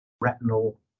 retinal